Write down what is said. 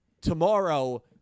tomorrow